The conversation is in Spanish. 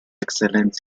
excelencia